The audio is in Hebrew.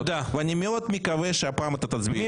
אני מאוד מקווה שהפעם אתה תצביע --- תודה.